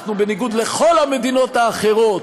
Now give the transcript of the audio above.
אנחנו, בניגוד לכל המדינות האחרות,